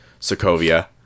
Sokovia